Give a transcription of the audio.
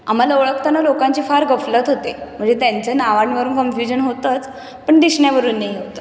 आम्हाला ओळखताना लोकांची फार गफलत होते म्हणजे त्यांच्या नावांवरून कन्फ्यूजन होतंच पण दिसण्यावरूनही होतं